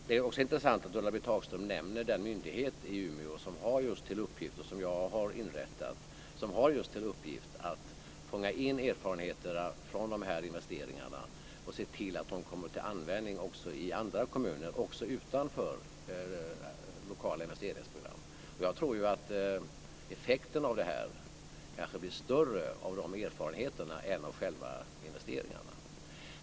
Det är också intressant att Ulla-Britt Hagström nämner den myndighet i Umeå som jag har inrättat och som just har till uppgift att fånga in erfarenheterna från dessa investeringar och se till att de kommer till användning i andra kommuner också utan för lokala investeringsprogram. Jag tror att effekten av de erfarenheterna blir större än av själva investeringarna.